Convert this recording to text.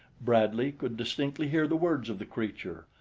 bradley could distinctly hear the words of the creature,